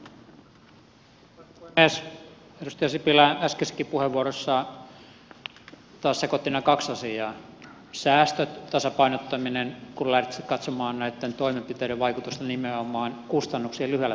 edustaja sipilä äskeisessäkin puheenvuorossaan taas sekoitti nämä kaksi asiaa säästöt tasapainottaminen kun lähdettiin katsomaan näitten toimenpiteiden vaikutusta nimenomaan kustannuksien lyhyellä tähtäimellä